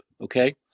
Okay